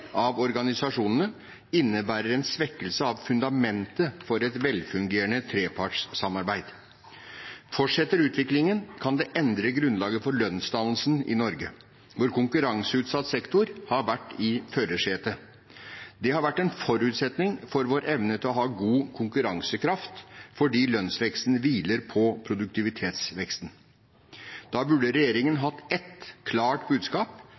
av organisasjonene, innebærer en svekkelse av fundamentet for et velfungerende trepartssamarbeid. Fortsetter utviklingen, kan det endre grunnlaget for lønnsdannelsen i Norge, hvor konkurranseutsatt sektor har vært i førersetet. Det har vært en forutsetning for vår evne til å ha god konkurransekraft, fordi lønnsveksten hviler på produktivitetsveksten. Da burde regjeringen hatt ett klart budskap: